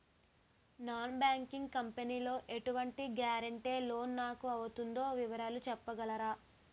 Non banking company లో ఎటువంటి guarantee loan నాకు అవుతుందో వివరాలు చెప్పగలరా?